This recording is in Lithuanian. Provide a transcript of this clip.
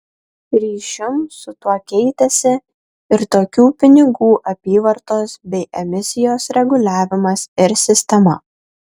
ryšium su tuo keitėsi ir tokių pinigų apyvartos bei emisijos reguliavimas ir sistema